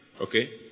Okay